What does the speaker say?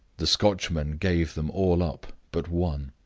the scotchman gave them all up but one.